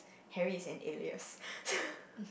Harry is an alias